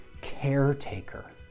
caretaker